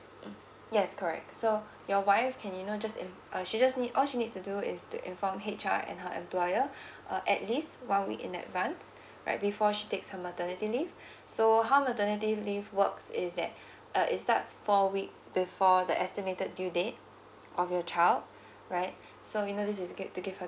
mm yes correct so your wife can you know just um she just need all she needs to do is to inform H R and her employer uh at least one week in advance right before she takes her maternity leave so how maternity leave works is that uh is starts four weeks before the estimated due date of your child right so you know this is good to give her